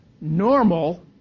normal